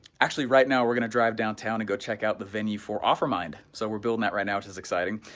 actually right now, we're going to drive downtown and go check out the venue for offer mind. so we're building that right now, which is exciting.